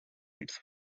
its